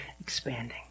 expanding